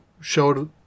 showed